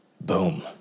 Boom